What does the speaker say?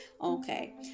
Okay